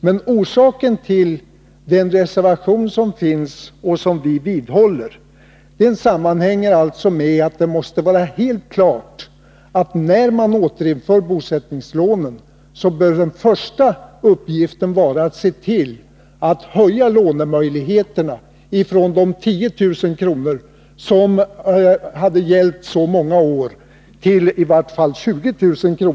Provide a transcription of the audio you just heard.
Men orsaken till att vi har avgett en reservation, som vi vidhåller, är att vi vill att det skall vara helt klart att den första uppgiften när bosättningslånen nu återinförs är att höja lånebeloppet från 10 000 kr., som gällde i så många år, till i vart fall 20 000 kr.